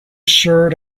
shirt